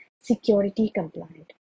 security-compliant